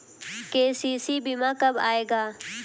KCC बीमा कब आएगा?